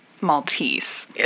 Maltese